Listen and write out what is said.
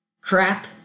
crap